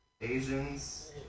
Asians